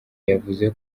yavuze